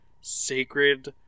sacred